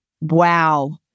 wow